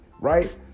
right